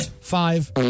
five